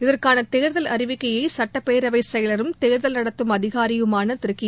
இதற்கான தேர்தல் அறிவிக்கையை சட்டப்பேரவைச் செயலரும் தேர்தல் நடத்தும் அதிகாரியுமான திரு கி